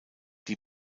die